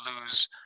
lose